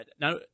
Now